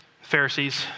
Pharisees